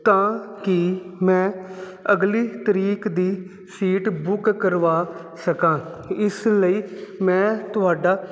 ਤਾਂ ਕਿ ਮੈਂ ਅਗਲੀ ਤਰੀਕ ਦੀ ਸੀਟ ਬੁੱਕ ਕਰਵਾ ਸਕਾਂ ਇਸ ਲਈ ਮੈਂ ਤੁਹਾਡਾ